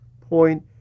point